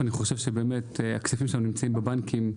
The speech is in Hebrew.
הכספים שלנו נמצאים בבנקים,